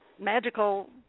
Magical